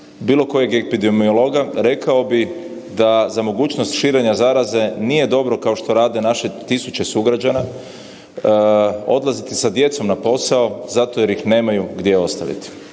bilo kojeg epidemiologa rekao bi da za mogućnost širenja zaraze nije dobro kao što rade naše tisuće sugrađana, odlaziti sa djecom na posao zato jer ih nemaju gdje ostaviti.